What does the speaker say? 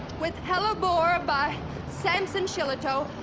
with hellebore ah by samson shillitoe,